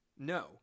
No